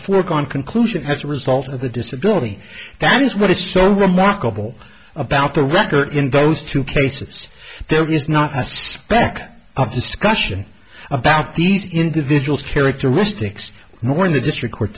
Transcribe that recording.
foregone conclusion as a result of the disability that is what is so remarkable about the record in those two cases there is not a speck of discussion about these individuals characteristics of the district court